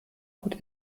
gut